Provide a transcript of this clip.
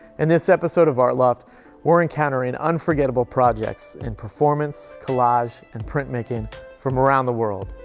and this episode of art loft we're encountering unforgettable projects in performance, collage, and printmaking from around the world.